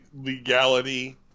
legality